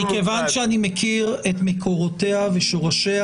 מכיוון שאני מכיר את מקורותיה ושורשיה